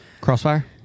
Crossfire